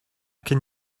can